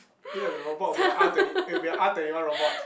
then the the robot would be like R twenty it will be like R twenty one robot